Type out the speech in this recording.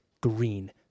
green